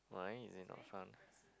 why is it not fun